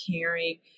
caring